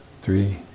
three